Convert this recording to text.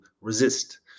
resist